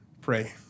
pray